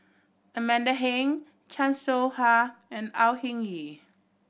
Amanda Heng Chan Soh Ha and Au Hing Yee